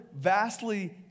vastly